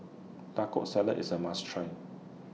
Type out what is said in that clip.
Taco Salad IS A must Try